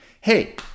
Hey